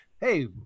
hey